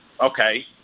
okay